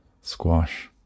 Squash